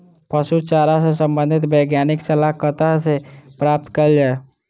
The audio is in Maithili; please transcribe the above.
पशु चारा सऽ संबंधित वैज्ञानिक सलाह कतह सऽ प्राप्त कैल जाय?